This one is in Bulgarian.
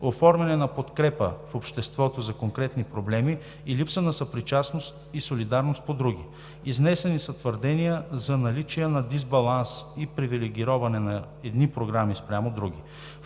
оформяне на подкрепа в обществото за конкретни проблеми и липса на съпричастност и солидарност по други. Изнесени са твърдения за наличие на дисбаланс и привилегироване на едни програми спрямо други.